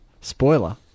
Spoiler